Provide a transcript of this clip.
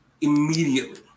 immediately